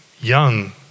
young